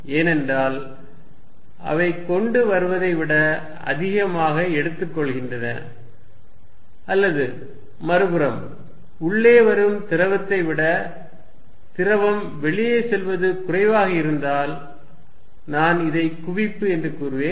ஏனென்றால் அவை கொண்டு வருவதை விட அதிகமாக எடுத்துக்கொள்கின்றன அல்லது மறுபுறம் உள்ளே வரும் திரவத்தை விட திரவம் வெளியே செல்வது குறைவாக இருந்தால் நான் இதை குவிப்பு என்று கூறுவேன்